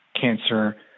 cancer